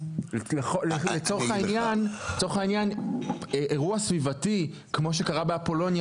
לצורך העניין אירוע סביבתי כמו שקרה באפולוניה